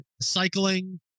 cycling